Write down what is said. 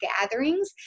gatherings